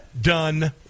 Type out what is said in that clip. done